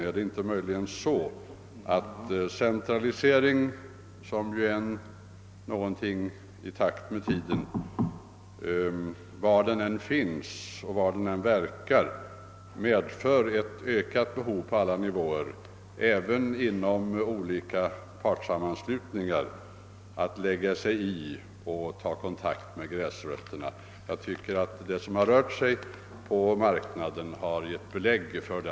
Är det inte möjligen så att den trend till centralisering, som liksom är i pakt med tiden, på alla områden och alla nivåer medför ett ökat behov för den enskilde medlemmen, även inom olika intresseoch partsammanslutningar, att lägga sig i och för det centrala styret att ta kontakt med »gräsrötterna». Jag tycker att bl.a. det senaste årets förhållanden på marknaden ger ett gott belägg härför.